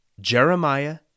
Jeremiah